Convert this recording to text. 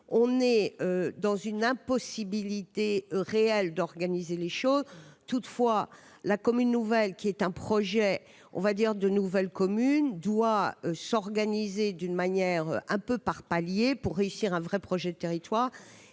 on est dans une impossibilité réelle d'organiser les choses, toutefois, la commune nouvelle qui est un projet, on va dire de nouvelles communes doit. S'organiser d'une manière un peu par paliers pour réussir un vrai projet de territoire